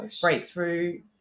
breakthrough